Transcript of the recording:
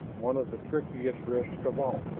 one of the trickiest risks of all.